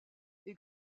est